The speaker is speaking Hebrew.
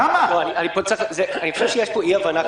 אני חושב שיש פה אי הבנה.